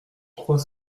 trois